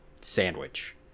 Sandwich